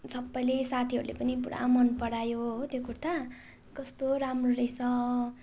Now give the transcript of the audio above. सबैले साथीहरूले पनि पुरा मनपरायो हो त्यो कुर्ता कस्तो राम्रो रहेछ